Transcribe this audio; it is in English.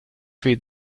feed